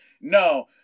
no